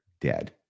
dead